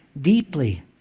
deeply